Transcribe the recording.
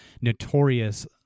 notorious